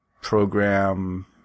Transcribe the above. program